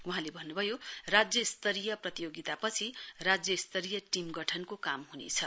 वहाँले भन्न् भयो राज्य स्तरीय प्रतियोगितापछि राज्य स्तरीय टीम गठनको काम ह्नेछ